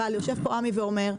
אבל יושב פה עמי ואומר,